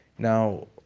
Now